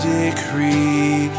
decree